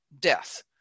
death